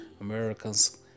Americans